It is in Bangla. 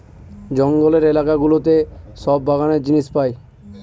জঙ্গলের এলাকা গুলোতে সব বাগানের জিনিস পাই